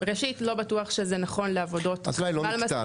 ראשית לא בטוח שזה נכון לעבודות --- אז אולי לא מקטע,